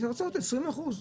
יהיה 20 אחוזים.